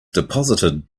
deposited